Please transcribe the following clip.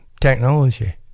technology